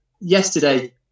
yesterday